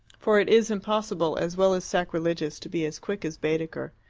for it is impossible, as well as sacrilegious, to be as quick as baedeker.